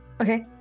Okay